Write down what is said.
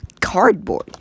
cardboard